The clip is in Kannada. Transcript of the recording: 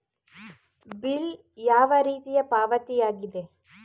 ಬಿಲ್ ಯಾವ ರೀತಿಯ ಪಾವತಿಯಾಗಿದೆ?